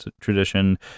tradition